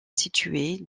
située